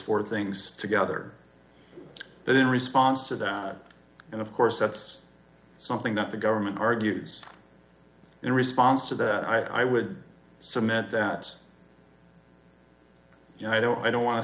four things together that in response to that and of course that's something that the government argues in response to that i would submit that you know i don't i don't wan